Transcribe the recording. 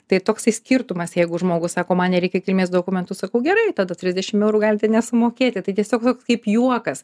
tai toksai skirtumas jeigu žmogus sako man nereikia kilmės dokumentų sakau gerai tada trisdešim eurų galite nesumokėti tai tiesiog toks kaip juokas